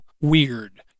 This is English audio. weird